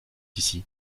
ici